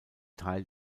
teil